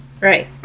Right